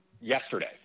yesterday